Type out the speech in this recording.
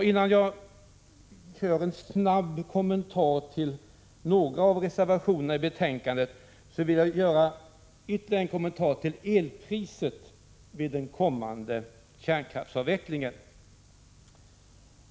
Innan jag snabbt kommenterar några av reservationerna i betänkandet vill jag göra ytterligare en kommentar till elpriset vid den kommande kärnkraftsavvecklingen.